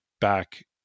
back